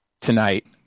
tonight